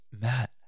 Matt